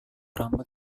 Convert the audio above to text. rambut